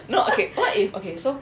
no okay what if okay so